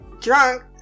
drunk